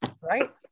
Right